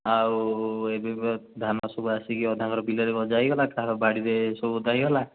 ଆଉ ଏବେବା ଧାନ ସବୁ ଆସିକି ଅଧାଙ୍କର ବିଲରେ ଗଜା ହେଇଗଲା କାହାର ବାଡ଼ିରେ ସବୁ ଓଦା ହେଇଗଲା